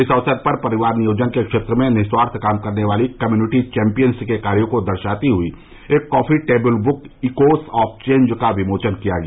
इस अवसर पर परिवार नियोजन के क्षेत्र में निस्वार्थ काम करने वाले कम्युनिटी चैम्पियन्स के कार्यो को दर्शाती हुई एक coffee table book echoes of change का विमोचन किया गया